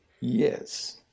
Yes